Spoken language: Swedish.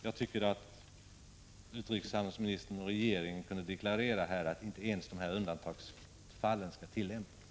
Jag tycker att utrikeshandelsministern och regeringen här kunde deklarera att några dispenser inte skall ges ens i undantagsfall.